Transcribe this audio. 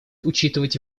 учитывать